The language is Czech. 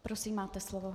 Prosím, máte slovo.